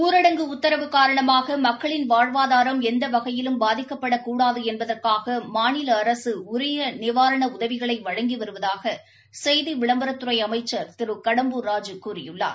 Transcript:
ஊரடங்கு உத்தரவு காரணமாக மக்களின் வாழ்வாதாரம் எந்த வகையிலும் பாதிக்கப்படக் கூடாது என்பதற்காக மாநில அரசு உரிய நிவாரண உதவிகளை வழங்கி வருவதாக செய்தி விளம்பரத்துறை அமைச்சர் திரு கடம்பூர் ராஜு கூறியுள்ளார்